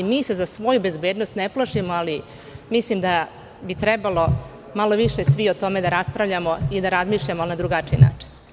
Mi se za svoju bezbednost ne plašimo, ali mislim da bi trebalo malo više svi o tome da raspravljamo i da razmišljamo na drugačiji način.